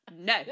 no